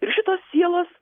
ir šitos sielos